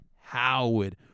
Howard